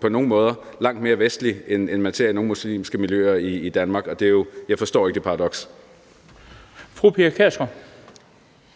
på nogle måder er langt mere vestlig, end man ser det i nogle muslimske miljøer i Danmark, og jeg forstår ikke det paradoks.